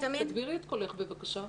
איילת, תגבירי את קולך, בבקשה.